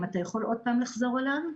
אם אתה יכול עוד פעם לחזור עליו.